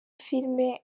filimi